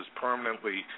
permanently